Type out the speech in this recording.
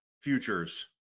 futures